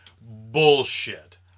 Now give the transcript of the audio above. Bullshit